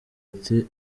ati